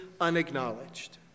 unacknowledged